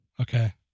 Okay